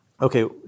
okay